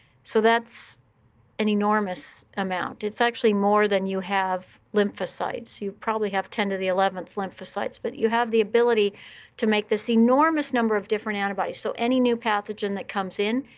so that's an enormous amount. it's actually more than you have lymphocytes. you probably have ten to the eleventh lymphocytes. but you have the ability to make this enormous number of different antibodies. so any new pathogen that comes in,